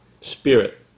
spirit